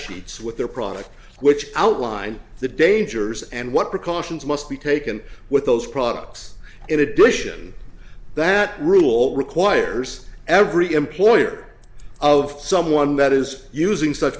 sheets with their products which outline the dangers and what precautions must be taken with those products in addition that rule requires every employer of someone that is using such